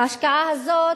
ההשקעה הזאת